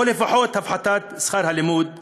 או לפחות הפחתת שכר הלימוד הגבוה,